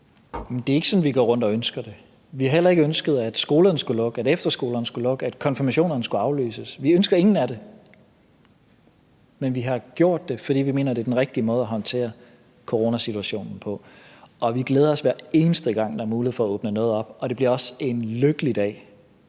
det er ikke sådan, at vi går rundt og ønsker det. Vi har heller ikke ønsket, at skolerne skulle lukke, at efterskolerne skulle lukke, at konfirmationerne skulle aflyses. Vi ønsker intet af det. Men vi har gjort det, fordi vi mener, det er den rigtige måde at håndtere coronasituationen på. Vi glæder os, hver eneste gang der er mulighed for at åbne noget op, og den dag, hvor grænsen kan